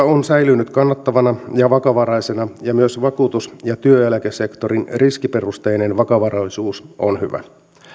on säilynyt kannattavana ja vakavaraisena ja myös vakuutus ja työeläkesektorin riskiperusteinen vakavaraisuus on hyvä